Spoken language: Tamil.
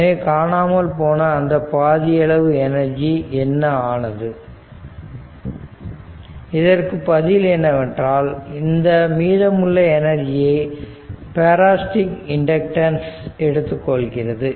எனவே காணாமல் போன அந்த பாதியளவு எனர்ஜி என்ன ஆனது இதற்கு பதில் என்னவென்றால் இந்த மீதமுள்ள எனர்ஜியை பேராசிடிக் இண்டக்டன்ஸ் எடுத்துக்கொள்கிறது